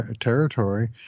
territory